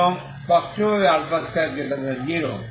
এবং স্পষ্টভাবে 20